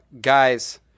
Guys